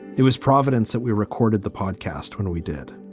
it was providence that we recorded the podcast when we did.